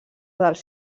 dels